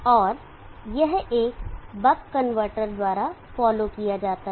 और यह एक बक कनवर्टर द्वारा फॉलो किया जाता है